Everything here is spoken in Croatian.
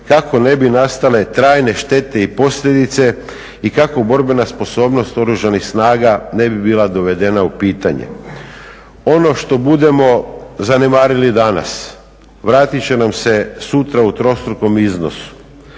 kako ne bi nastale trajne štete i posljedice i kako borbena sposobnost Oružanih snaga ne bi bila dovedena u pitanje. Ono što budemo zanemarili danas vratit će nam se sutra u trostrukom iznosu.